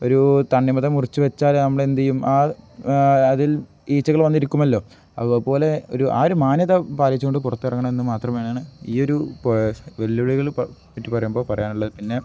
ഒരു തണിമത്തൻ മുറിച്ചു വച്ചാൽ നമ്മൾ എന്തു ചെയ്യും ആ അതിൽ ഈച്ചകൾ വന്നിരിക്കുമല്ലോ അതുപോലെ ഒരു ആ ഒരു മാന്യത പാലിച്ചു കൊണ്ട് പുറത്തിറങ്ങണമെന്ന് മാത്രമാണ് ഈ ഒരു വെല്ലുവിളികളെ പറ്റി പറയുമ്പോൾ പറയാനുള്ളത് പിന്നെ